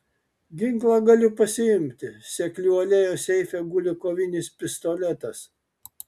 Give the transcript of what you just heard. ginklą galiu pasiimti seklių alėjos seife guli kovinis pistoletas